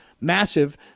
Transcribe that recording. massive